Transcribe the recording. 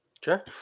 sure